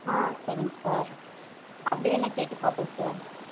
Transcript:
ஆ சரிங்க சார் அப்படி வேணா கேட்டு பார்ப்போம் சார்